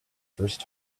first